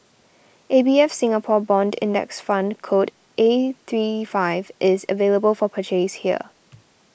A B F Singapore Bond Index Fund code A three five is available for purchase here